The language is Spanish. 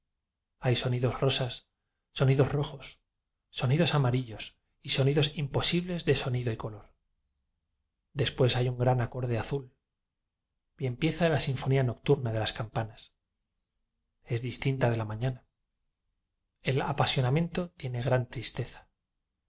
hay sonidos rosa sonidos ro jos sonidos amarillos y sonidos imposibles de sonido y color después hay un gran acorde azul y empieza la sinfonía noc turna de las campanas es distinta de la mañana el apasionamiento tiene gran tristeza